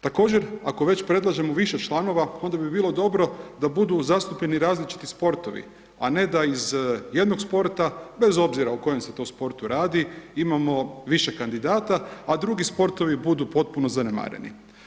Također, ako već predlažemo više članova, onda bi bilo dobro da budu zastupljeni različiti sportovi, a ne da iz jednog sporta bez obzira o kojem se to sportu radi, imamo više kandidata, a drugi sportovi budu potpuno zanemareni.